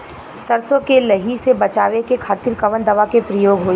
सरसो के लही से बचावे के खातिर कवन दवा के प्रयोग होई?